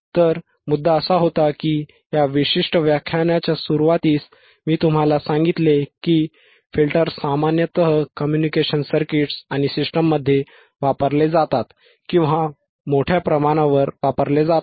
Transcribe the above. तर मुद्दा असा होता की या विशिष्ट व्याख्यानाच्या सुरूवातीस मी तुम्हाला सांगितले की फिल्टर सामान्यत कम्युनिकेशन सर्किट्स आणि सिस्टममध्ये वापरले जातात किंवा मोठ्या प्रमाणावर वापरले जातात